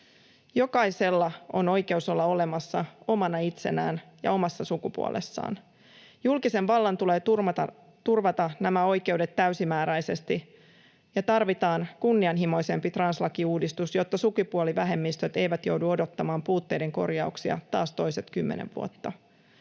Jokaisella on oikeus olla olemassa omana itsenään ja omassa sukupuolessaan. Julkisen vallan tulee turvata nämä oikeudet täysimääräisesti, ja tarvitaan kunnianhimoisempi translakiuudistus, jotta sukupuolivähemmistöt eivät joudu odottamaan puutteiden korjauksia taas toiset kymmenen vuotta.